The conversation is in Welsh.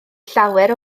llawer